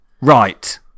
right